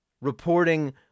Reporting